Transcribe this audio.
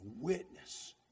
witness